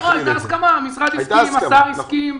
הייתה הסכמה: המשרד הסכים, השר הסכים.